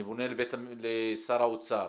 אני פונה לשר האוצר.